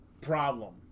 problem